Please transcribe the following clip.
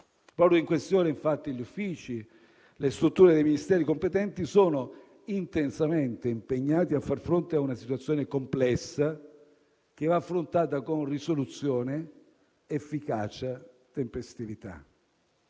Proprio a tale riguardo, infatti, gli uffici e le strutture dei Ministeri competenti sono intensamente impegnati a far fronte a una situazione complessa, che va affrontata con risoluzione, efficacia e tempestività.